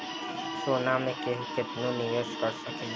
सोना मे केहू केतनो निवेस कर सकेले